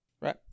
right